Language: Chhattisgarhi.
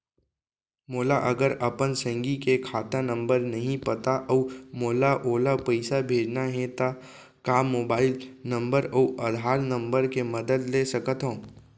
मोला अगर अपन संगी के खाता नंबर नहीं पता अऊ मोला ओला पइसा भेजना हे ता का मोबाईल नंबर अऊ आधार नंबर के मदद ले सकथव?